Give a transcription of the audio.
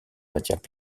matières